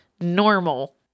Normal